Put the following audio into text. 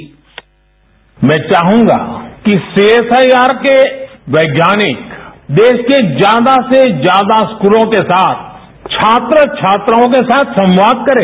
sound byte मैं चाहूंगा कि सीएसआईआर वैज्ञानिक देश के ज्यादा से ज्यादा स्कूलों के साथ छात्र छात्राओं के साथ संवाद करें